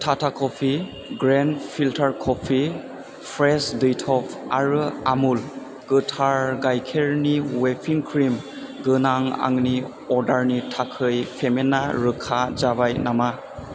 Tata coffee grand filter coffee fresh दैथब आरो आमुल गोथार गाइखेरनि व्हिपिं क्रिम गोनां आंनि अर्डारनि थाखाय पेमेन्टा रोखा जाबाय नामा